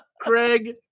Craig